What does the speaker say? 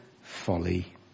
Folly